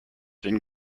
been